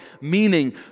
meaning